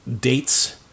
dates